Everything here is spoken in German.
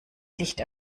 licht